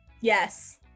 Yes